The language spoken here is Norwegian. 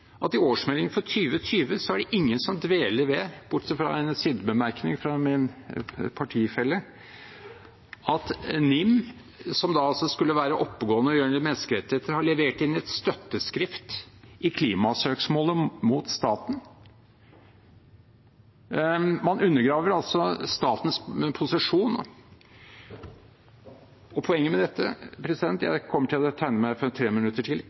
at i årsmeldingen for 2020 er det ingen som dveler ved – bortsett fra en sidebemerkning fra min partifelle – at NIM, som skulle være oppegående når det gjelder menneskerettigheter, har levert inn et støtteskrift i klimasøksmålet mot staten. Man undergraver altså statens posisjon. Poenget med dette – jeg kommer til å tegne meg til et treminuttersinnlegg til